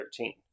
13